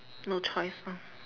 no choice lor